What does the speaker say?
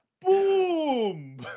boom